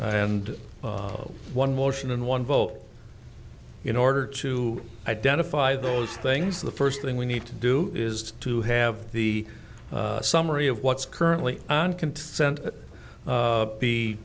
and one motion and one vote in order to identify those things the first thing we need to do is to have the summary of what's currently on